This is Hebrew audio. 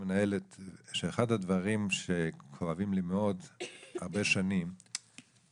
להמשיך לעשות את הדברים הטובים שהתחילו פה בשנה וחצי